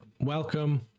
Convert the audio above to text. Welcome